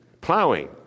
Plowing